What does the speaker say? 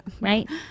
right